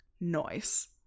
noise